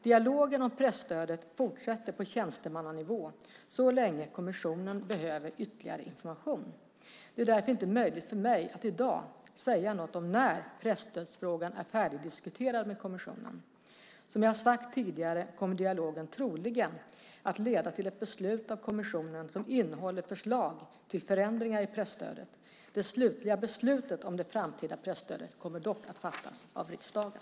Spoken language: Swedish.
Dialogen om presstödet fortsätter på tjänstemannanivå så länge kommissionen behöver ytterligare information. Det är därför inte möjligt för mig att säga något i dag om när presstödsfrågan är färdigdiskuterad med kommissionen. Som jag har sagt tidigare kommer dialogen troligen att leda till ett beslut av kommissionen som innehåller förslag till förändringar i presstödet. Det slutliga beslutet om det framtida presstödet kommer dock att fattas av riksdagen.